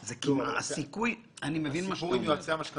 אני לא חושב שעל כל דבר צריך לבקש מבנק